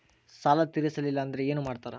ಸಾಲ ತೇರಿಸಲಿಲ್ಲ ಅಂದ್ರೆ ಏನು ಮಾಡ್ತಾರಾ?